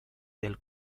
del